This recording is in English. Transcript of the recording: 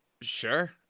sure